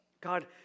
god